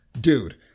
Dude